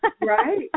Right